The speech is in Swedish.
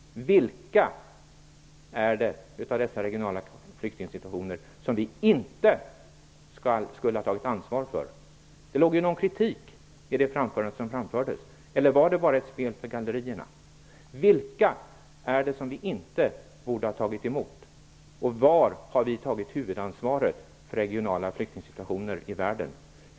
Vilka av dessa regionala flyktingsituationer, Gustaf von Essen, är det som vi inte skulle ha tagit ansvar för? Det låg ju någon kritik i det som framfördes. Eller var det bara ett spel för gallerierna? Vilka är det som vi inte borde ha tagit emot och var har vi tagit huvudansvaret för regionala flyktingsituationer i världen?